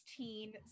16